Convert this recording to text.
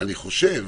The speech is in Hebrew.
אני חושב